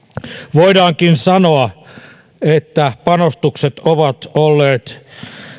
voidaankin sanoa että panostukset ovat olleet